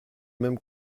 même